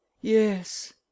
Yes